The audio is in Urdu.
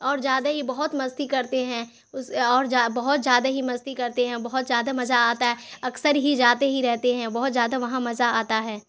اور زیادہ ہی بہت مستی کرتے ہیں اس اور بہت زیادہ ہی مستی کرتے ہیں بہت زیادہ مزہ آتا ہے اکثر ہی جاتے ہی رہتے ہیں بہت زیادہ وہاں مزہ آتا ہے